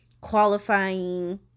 qualifying